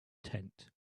tent